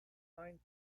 hind